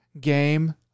game